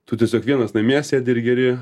tu tiesiog vienas namie sėdi ir geri